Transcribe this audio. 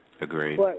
Agreed